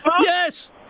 Yes